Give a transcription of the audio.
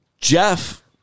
Jeff